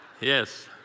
Yes